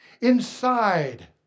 Inside